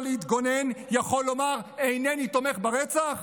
להתגונן יכול לומר: אינני תומך ברצח?